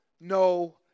no